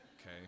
Okay